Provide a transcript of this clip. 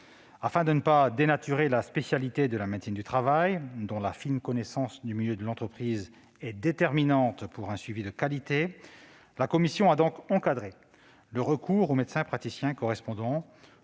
Afin de ne pas dénaturer la spécialité de la médecine du travail, dont la fine connaissance du milieu de l'entreprise est déterminante pour un suivi de qualité, la commission a donc encadré le recours au médecin praticien correspondant.